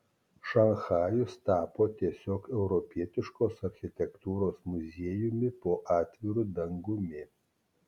šanchajus tapo tiesiog europietiškos architektūros muziejumi po atviru dangumi